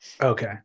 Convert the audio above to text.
Okay